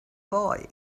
boy